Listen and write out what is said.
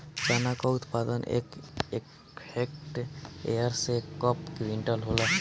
चना क उत्पादन एक हेक्टेयर में कव क्विंटल होला?